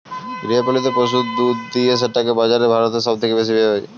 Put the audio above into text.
গৃহপালিত পশু দুধ দুয়ে সেটাকে বাজারে ভারত সব থেকে বেশি হয়